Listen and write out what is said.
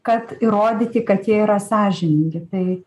kad įrodyti kad jie yra sąžiningi tai